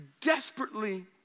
desperately